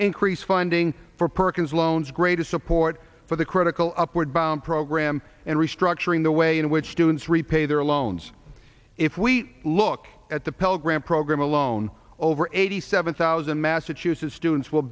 increase funding for perkins loans greatest support for the critical upward bound program and restructuring the way in which students repay their loans if we look at the pell grant program alone over eighty seven thousand massachusetts students will